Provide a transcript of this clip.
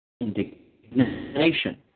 indignation